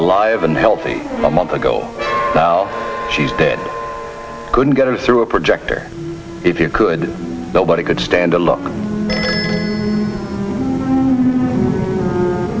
alive and healthy a month ago now she's dead couldn't get her through a projector if you could nobody could stand to look